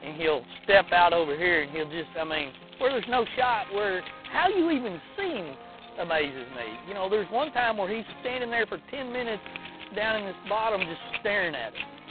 and he'll step out over here and i mean where there's no shot, where how you even see him amazes me. you know there's one time where he's standing there for ten minutes down in this bottom, just staring at